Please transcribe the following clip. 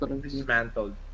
dismantled